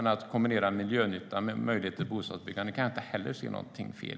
Att kombinera miljönytta med möjlighet till bostadsbyggande kan inte heller vara fel.